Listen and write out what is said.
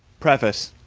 preface